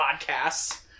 podcasts